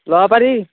ল'ব পাৰি